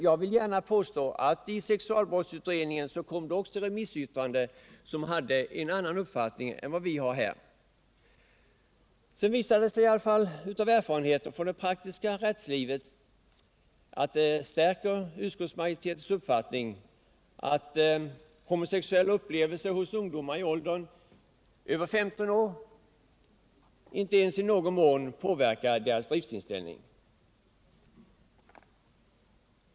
Jag skall dock villigt påpeka att det fanns invändningar i remissyttrandena över sexualbrottsutredningens betänkande även i denna del. Erfarenheten från det praktiska rättslivet stärker dock utskottsmajoriteten i dess uppfattning i denna fråga. Det visar sig där att homosexuella upplevelser hos ungdomar i åldrar över 15 år knappast ens i någon mån påverkar deras driftsinställning.